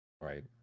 right